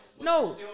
no